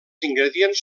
ingredients